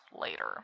later